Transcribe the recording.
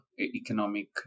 economic